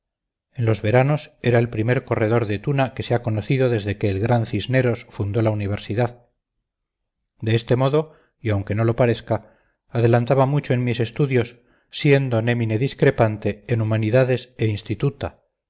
en los veranos era el primer corredor de tuna que se ha conocido desde que el gran cisneros fundó la universidad de este modo y aunque no lo parezca adelantaba mucho en mis estudios siendo nemine discrepante en humanidades e instituta